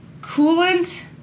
Coolant